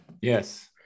Yes